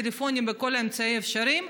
טלפונים ובכל אמצעי אפשרי,